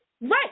Right